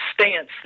stance